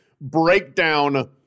breakdown